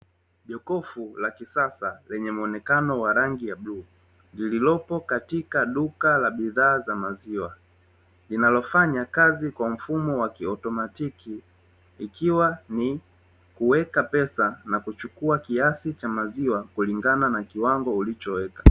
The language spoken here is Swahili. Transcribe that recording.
Jokofu la kisasa lenye muonekano wa rangi ya bluu, lililopo katika duka la bidhaa za maziwa, linalofanya kazi kwa mfumo wa kiautomatiki ikiwa ni kuweka pesa na kuchukua kiasi cha maziwa kulingana na kiwango ulichoweka.